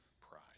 pride